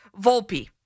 Volpe